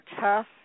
tough